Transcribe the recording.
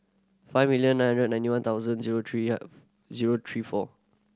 five million nine hundred ninety one thoudand zero three zero three four